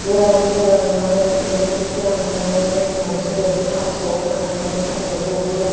गोरान फोराननानै बेखौ फोरानखांनायनि उनावसो थास' हानानै थास'खौबो